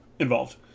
involved